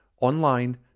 online